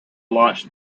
launched